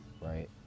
right